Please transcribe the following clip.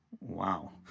wow